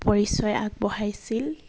পৰিচয় আগবঢ়াইছিল